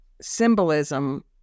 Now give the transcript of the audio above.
symbolism